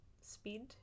Speed